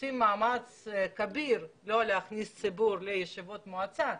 עושים מאמץ כביר לא להכניס ציבור לישיבות מועצה.